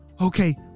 Okay